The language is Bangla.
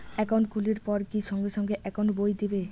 একাউন্ট খুলির পর কি সঙ্গে সঙ্গে একাউন্ট বই দিবে?